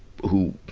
who,